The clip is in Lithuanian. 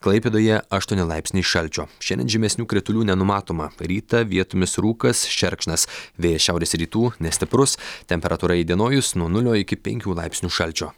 klaipėdoje aštuoni laipsniai šalčio šiandien žymesnių kritulių nenumatoma rytą vietomis rūkas šerkšnas vėjas šiaurės rytų nestiprus temperatūra įdienojus nuo nulio iki penkių laipsnių šalčio